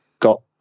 got